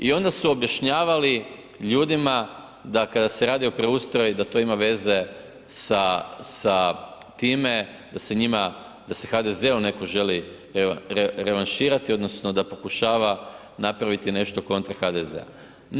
I onda su objašnjavali ljudima da kada se radio preustroj da to ima veze sa time da njima da se HDZ-u netko želi revanširati odnosno da pokušava napraviti nešto kontra HDZ-a.